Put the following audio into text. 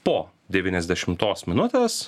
po devyniasdešimtos minutės